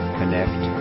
connect